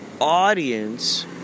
audience